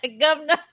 governor